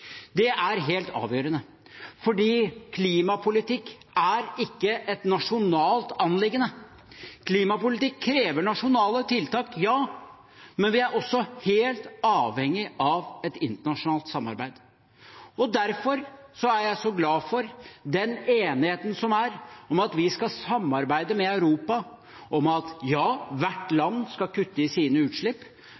Det er helt avgjørende, for klimapolitikk er ikke et nasjonalt anliggende. Klimapolitikk krever nasjonale tiltak, ja, men vi er også helt avhengig av et internasjonalt samarbeid. Derfor er jeg så glad for den enigheten som er om at vi skal samarbeide med Europa om at ja, hvert